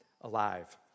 alive